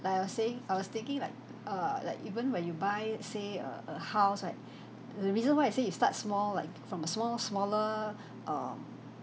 was saying I was thinking like err like even when you buy say a a house right the reason why I say you start small like from a small smaller um